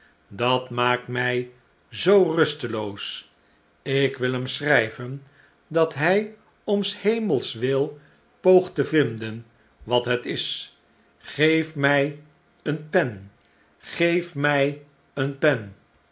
dat maakt mij zoo msteloos ik wil hem schrijven dat hij om s hemels wil poogt te vinden wat het is geef mij eene pen geef mij eene pen